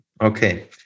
okay